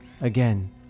Again